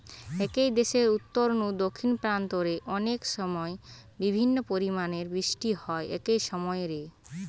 একই দেশের উত্তর নু দক্ষিণ প্রান্ত রে অনেকসময় বিভিন্ন পরিমাণের বৃষ্টি হয় একই সময় রে